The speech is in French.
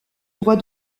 droit